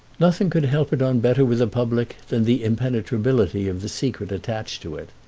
nothing could help it on better with the public than the impenetrability of the secret attached to it.